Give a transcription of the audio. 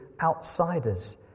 outsiders